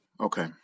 Okay